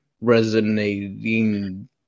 resonating